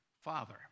father